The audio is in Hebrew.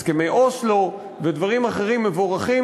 הסכמי אוסלו ודברים אחרים מבורכים,